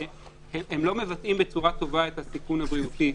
לא מבטאים בצורה טובה את הסיכון הבריאותי.